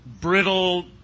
brittle